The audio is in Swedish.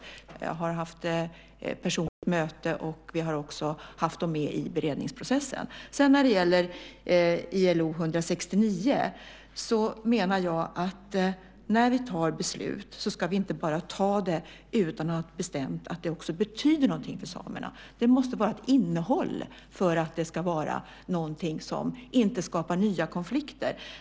Jag har haft personligt möte, och vi har också haft dem med i beredningsprocessen. När det gäller ILO 169 menar jag att när vi tar beslut så ska vi inte bara ta det utan att ha bestämt att det också betyder någonting för samerna. Det måste vara ett innehåll för att det ska vara någonting som inte skapar nya konflikter.